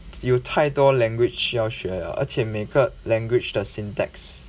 有太多 language 要学 liao 而且每个 language 的 syntax